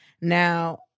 now